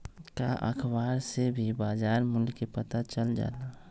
का अखबार से भी बजार मूल्य के पता चल जाला?